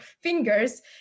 fingers